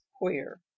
queer